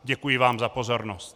Děkuji vám za pozornost.